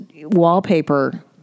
wallpaper